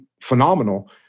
phenomenal